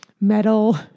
metal